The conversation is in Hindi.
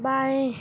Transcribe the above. बाएँ